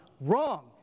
Wrong